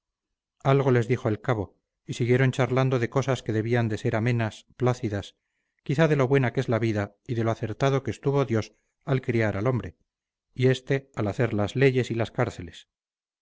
algo les dijo el cabo y siguieron charlando de cosas que debían de ser amenas plácidas quizás de lo buena que es la vida y de lo acertado que estuvo dios al criar al hombre y este al hacer las leyes y las cárceles